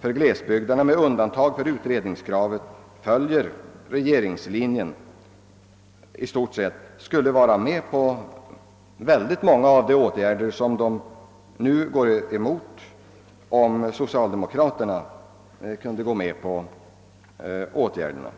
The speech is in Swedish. för glesbygderna, med undantag för utredningskravet, i stort sett följer regeringslinjen, skulle gå med på många av de åtgärder som partiet nu vänder sig emot, såvida socialdemokraterna kunde acceptera dessa åtgärder.